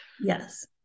Yes